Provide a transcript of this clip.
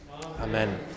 amen